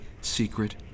secret